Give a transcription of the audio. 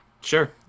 Sure